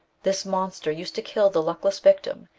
this monster used to kill the luckless victim,